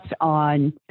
on